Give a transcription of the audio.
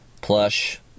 Plush